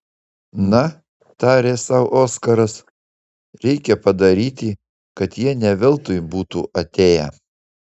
na tarė sau oskaras reikia padaryti kad jie ne veltui būtų atėję